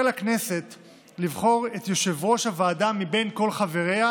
לכנסת לבחור את יושב-ראש הוועדה מבין כל חבריה,